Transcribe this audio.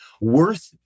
worth